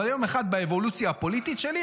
אבל יום אחד באבולוציה הפוליטית שלי,